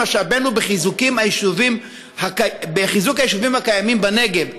משאבינו בחיזוק היישובים הקיימים בנגב.